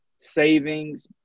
savings